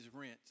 rent